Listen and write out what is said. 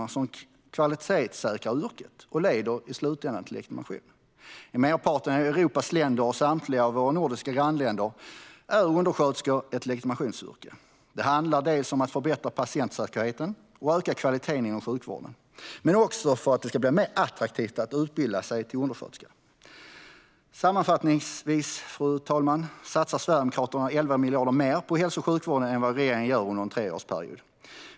Det skulle kvalitetssäkra yrket och leda till legitimation. I merparten av länderna i Europa och samtliga nordiska grannländer är undersköterska ett legitimationsyrke. Det handlar om att förbättra patientsäkerheten och att öka kvaliteten inom sjukvården. Men det skulle också bli mer attraktivt att utbilda sig till undersköterska. Fru talman! Sammanfattningsvis satsar Sverigedemokraterna 11 miljarder mer på hälso och sjukvården än regeringen gör under en treårsperiod.